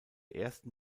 ersten